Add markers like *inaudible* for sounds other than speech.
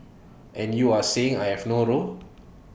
and you are saying I have no role *noise*